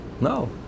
no